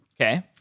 Okay